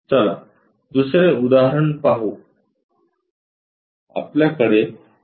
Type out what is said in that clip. चला दुसरे उदाहरण पाहू